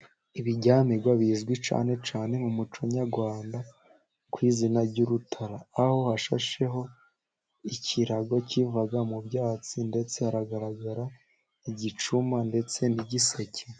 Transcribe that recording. Ibiryamirwa bizwi cyane cyane mu muco nyarwanda ku izina ry'urutara, aho hashasheho ikirago kiva mu byatsi ndetse haragaragara igicuma ndetse n'igiseke.